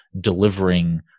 delivering